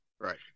right